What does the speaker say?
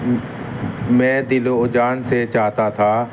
میں دل و جان سے چاہتا تھا